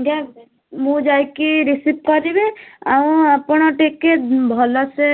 ଆଜ୍ଞା ମୁଁ ଯାଇକି ରିସିଭ୍ କରିବି ଆଉ ଆପଣ ଟିକେ ଭଲସେ